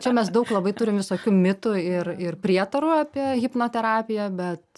čia mes daug labai turim visokių mitų ir ir prietarų apie hipnoterapiją bet